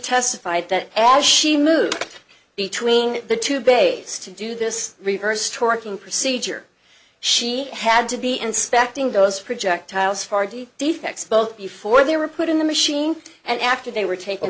testified that as she moved between the two base to do this reverse torquing procedure she had to be inspecting those projectiles fardy defects both before they were put in the machine and after they were tak